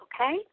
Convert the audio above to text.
okay